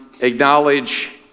acknowledge